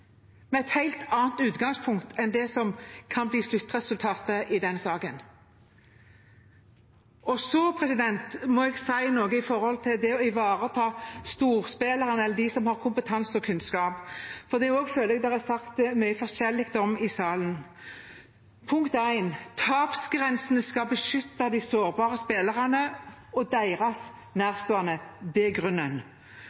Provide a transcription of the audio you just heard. med et helt annet utgangspunkt enn det som kan bli sluttresultatet i saken. Så må jeg si noe om det å ivareta storspillerne, eller dem som har kompetanse og kunnskap. Det føler jeg også at det er sagt mye forskjellig om i salen. Tapsgrensene skal beskytte de sårbare spillerne og deres